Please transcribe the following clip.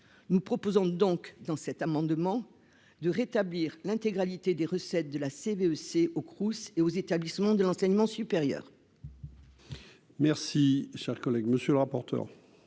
nous proposons donc dans cet amendement de rétablir l'intégralité des recettes de la CVAE c'est au Crous et aux établissements de l'enseignement supérieur.